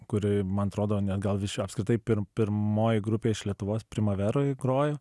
kuri man atrodo net gal apskritai pirmoji grupė iš lietuvos primaveroj grojo